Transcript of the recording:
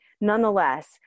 Nonetheless